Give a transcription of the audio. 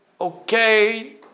okay